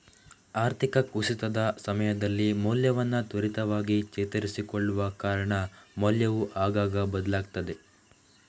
ಆರ್ಥಿಕ ಕುಸಿತದ ಸಮಯದಲ್ಲಿ ಮೌಲ್ಯವನ್ನ ತ್ವರಿತವಾಗಿ ಚೇತರಿಸಿಕೊಳ್ಳುವ ಕಾರಣ ಮೌಲ್ಯವು ಆಗಾಗ ಬದಲಾಗ್ತದೆ